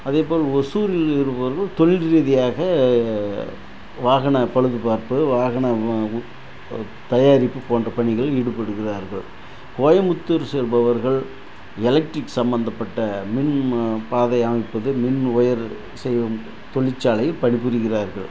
அதே போல் ஒசூரில் இருப்பவர்கள் தொழில் ரீதியாக வாகன பழுதுபார்ப்பு வாகன தயாரிப்பு போன்ற பணியில் ஈடுபடுகிறார்கள் கோயம்புத்தூர் செல்பவர்கள் எலெக்ட்ரிக் சம்மந்தப்பட்ட மின் பாதை அமைப்பது மின் ஒயர் செய்யும் தொழிற்சாலையில் பணிபுரிகிறார்கள்